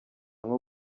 nko